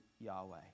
Yahweh